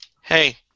Hey